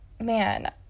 man